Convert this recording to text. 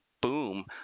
boom